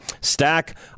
Stack